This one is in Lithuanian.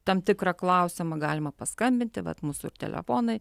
tam tikrą klausimą galima paskambinti vat mūsų telefonai